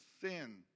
sin